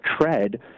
tread